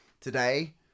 today